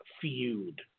feud